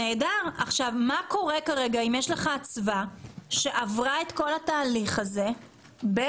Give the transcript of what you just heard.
מה קורה כרגע אם יש לך אצווה שעברה את כל התהליך הזה באותו